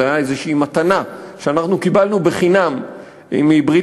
זו הייתה איזושהי מתנה שקיבלנו בחינם מברית-המועצות,